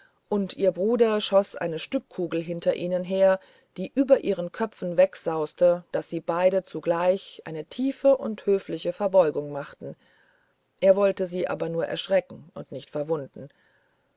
und ihr bruder schoß eine stückkugel hinter ihnen her die über ihren köpfen wegsauste daß sie beide zugleich eine tiefe und höfliche verbeugung machten er wollte sie aber nur schrecken und nicht verwunden